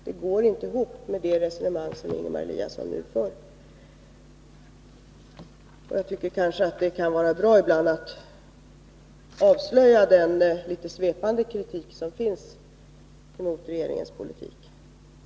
Det går inte ihop med det resonemang som Ingemar Eliasson nu för. Det kan kanske vara bra ibland att avslöja den litet svepande kritik som framförs mot regeringens politik.